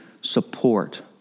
support